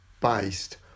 based